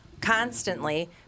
constantly